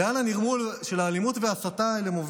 לאן מוביל הנרמול של האלימות וההסתה האלה?